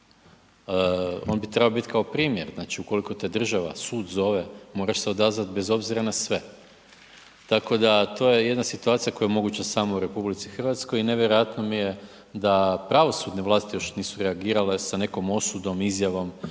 On bi trebao biti kao primjer, ukoliko te država, sud zove moraš se odazvati bez obzira na sve. Tako da to je jedna situacija koja je moguće u RH. I nevjerojatno mi je da pravosudne vlasti još nisu reagirali sa nekom osudom, izjavom